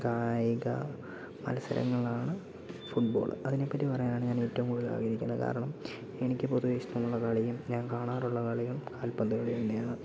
കായിക മത്സരങ്ങളാണ് ഫുട്ബോള് അതിനെപ്പറ്റി പറയാനാണ് ഞാനേറ്റവും കൂടുതലാഗ്രഹിക്കുന്നത് കാരണം എനിക്ക് പൊതുവേ ഇഷ്ടമുള്ള കളിയും ഞാൻ കാണാറുള്ള കളിയും കാൽപ്പന്ത് കളി തന്നെയാണ്